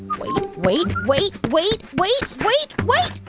wait. wait. wait. wait. wait. wait. wait.